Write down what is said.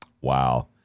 Wow